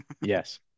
yes